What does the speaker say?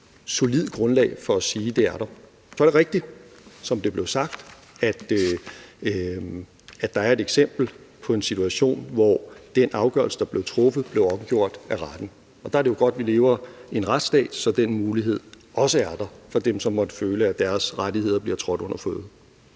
solidt grundlag for at sige at der er. For det er rigtigt, som der blev sagt, at der er et eksempel på en situation, hvor den afgørelse, der blev truffet, blev omgjort af retten, og der er det jo godt, at vi lever i en retsstat, så den mulighed også er der for dem, som måtte føle, at deres rettigheder bliver trådt under fode.